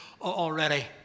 already